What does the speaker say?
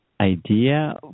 idea